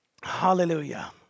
Hallelujah